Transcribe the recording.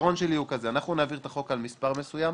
הפתרון שלי הוא כזה: נעביר את החוק על מס' מסוים,